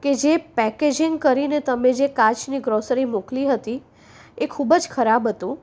કે જે પેકેજિંગ કરીને તમે જે કાચની ગ્રોસરી મોકલી હતી એ ખૂબ જ ખરાબ હતું